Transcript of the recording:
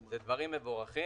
אלה דברים מבורכים.